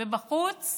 ובחוץ